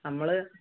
നമ്മൾ